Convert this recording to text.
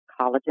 collagen